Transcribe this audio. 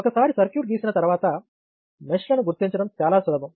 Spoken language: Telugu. ఒకసారి సర్క్యూట్ గీసిన తర్వాత మెష్ లను గుర్తించడం చాలా సులభం